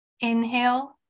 inhale